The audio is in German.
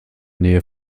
nähe